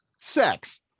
sex